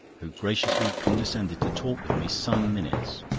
who graciously condescended to talk with me some minutes